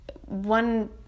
one